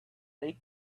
take